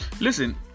listen